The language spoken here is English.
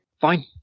Fine